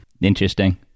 Interesting